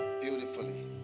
beautifully